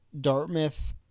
Dartmouth